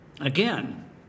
Again